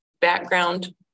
background